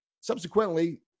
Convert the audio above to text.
Subsequently